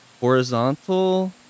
horizontal